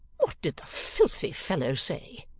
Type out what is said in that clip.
what did the filthy fellow say?